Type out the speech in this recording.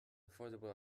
affordable